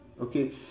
okay